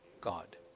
God